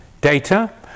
data